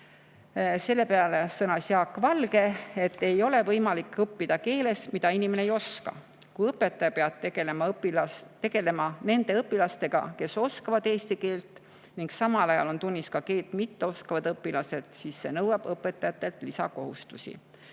Selle peale sõnas Jaak Valge, et ei ole võimalik õppida keeles, mida inimene ei oska. Kui õpetaja peab tegelema nende õpilastega, kes oskavad eesti keelt, ning samal ajal on tunnis ka keelt mitteoskavad õpilased, siis see on õpetajatele lisakohustus.